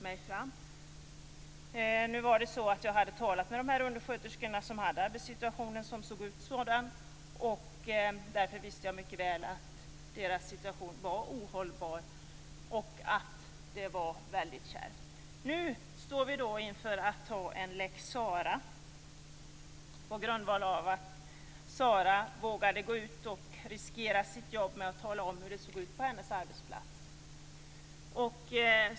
Men jag hade talat med undersköterskor som hade en sådan här arbetssituation, och jag visste mycket väl att de hade det väldigt kärvt och att deras situation var ohållbar. Vi står nu införa att anta en lex Sarah på grund av att Sarah vågade gå ut och riskera sitt jobb med att tala om hur det såg ut på hennes arbetsplats.